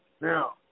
Now